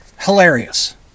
Hilarious